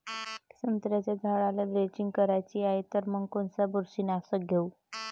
संत्र्याच्या झाडाला द्रेंचींग करायची हाये तर मग कोनच बुरशीनाशक घेऊ?